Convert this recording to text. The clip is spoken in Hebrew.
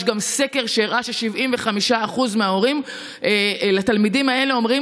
יש גם סקר שהראה ש-75% מההורים לתלמידים האלה אומרים